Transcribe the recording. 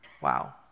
Wow